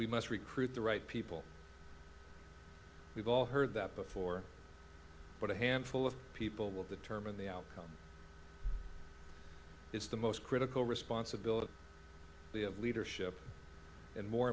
we must recruit the right people we've all heard that before but a handful of people will determine the outcome is the most critical responsibility they have leadership and more